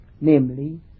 namely